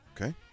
Okay